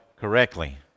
correctly